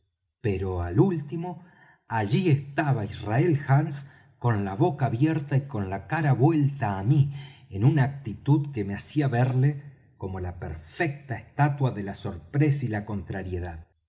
pero al último allí estaba israel hands con la boca abierta y con la cara vuelta á mí en una actitud que me hacía verle como la perfecta estatua de la sorpresa y la contrariedad